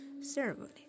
ceremony